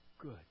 Good